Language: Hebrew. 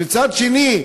ומצד שני,